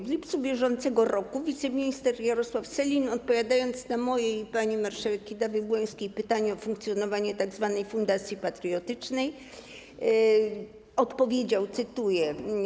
W lipcu br. wiceminister Jarosław Sellin, odpowiadając na moje i pani marszałek Kidawy-Błońskiej pytanie o funkcjonowanie tzw. fundacji patriotycznej, odpowiedział, cytuję: